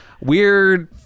Weird